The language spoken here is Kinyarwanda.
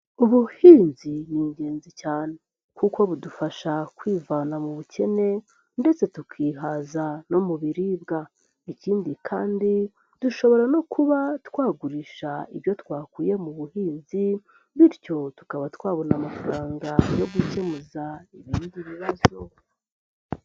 Ubuhinzi ni ingenzi cyane, kuko budufasha kwivana mu bukene, ndetse tukihaza no mu biribwa. Ikindi kandi, dushobora no kuba twagurisha ibyo twakuye mu buhinzi, bityo tukaba twabona amafaranga yo gukemuza ibindi bibazo.